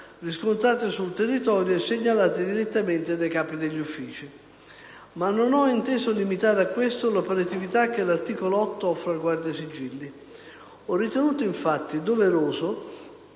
riscontrate sul territorio e segnalate direttamente dai capi degli uffici. Ma non ho inteso limitare a questo l'operatività che l'articolo 8 offre al Guardasigilli. Ho ritenuto, infatti, doveroso